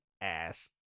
ass